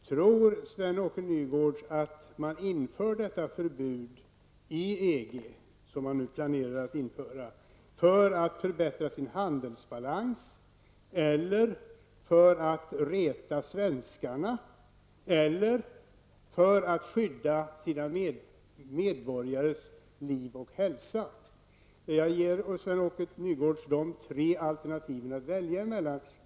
Tror Sven-Åke Nygårds att man inför detta förbud i EG, som man nu planerar att införa, för att förbättra sin handelsbalans, för att reta svenskarna eller för att skydda sina medborgares liv och hälsa? Jag ger Sven-Åke Nygårds de tre alternativen att välja mellan.